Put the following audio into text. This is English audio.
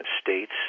states